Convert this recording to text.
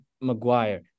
Maguire